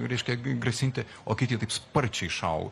reiškia grasinti o kiti taip sparčiai šau